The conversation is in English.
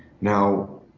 Now